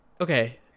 okay